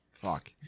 Fuck